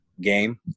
game